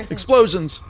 Explosions